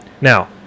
Now